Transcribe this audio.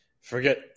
Forget